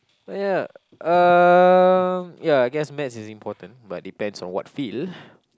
but ya uh ya I guess Maths is important but depends on what field